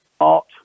Art